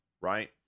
right